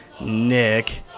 Nick